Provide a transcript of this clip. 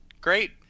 great